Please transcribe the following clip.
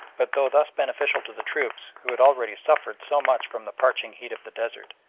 but though thus beneficial to the troops, who had already suffered so much from the parching heat of the desert,